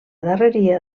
darreria